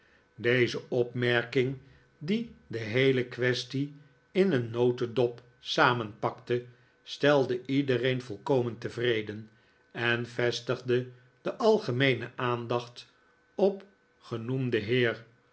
deze opmerking die de heele kwestie in een notedop samenpakte stelde iedereen volkomen tevreden en vestigde de algemeene aandacht op genoemden heer